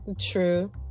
true